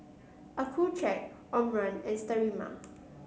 Accucheck Omron and Sterimar